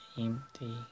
empty